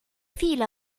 viele